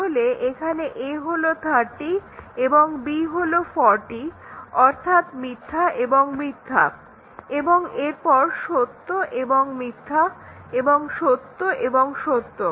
তাহলে এখানে a হলো 30 b হলো 40 অর্থাৎ মিথ্যা এবং মিথ্যা এবং এরপর সত্য এবং মিথ্যা এবং সত্য এবং সত্য